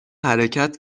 حرکت